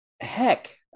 heck